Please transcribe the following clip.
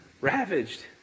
Ravaged